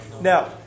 Now